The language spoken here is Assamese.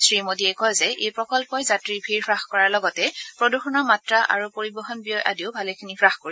শ্ৰীমোদীয়ে কয় যে এই প্ৰকল্পই যাত্ৰীৰ ভিৰ হাস কৰাৰ লগতে প্ৰদূষণৰ মাত্ৰা আৰু পৰিবহন ব্যয় আদিও ভালেখিনি হাস কৰিব